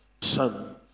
Son